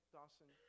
Dawson